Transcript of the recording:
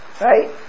Right